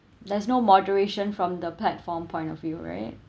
there's no moderation from the platform point of view right